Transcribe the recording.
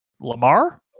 Lamar